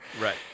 right